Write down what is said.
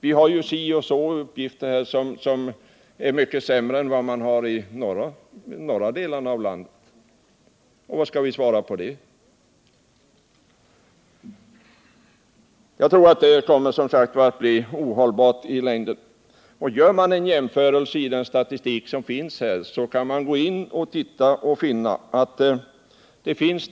Vi har ju de och de förhållandena, som är mycket sämre än vad man har i norra delarna av landet. Vad skall man svara på det? Jag tror som sagt att det kommer att bli ohållbart i längden. Gör man en jämförelse i den statistik som här föreligger, så kan man finna attt.ex.